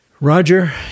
Roger